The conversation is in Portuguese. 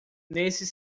nesse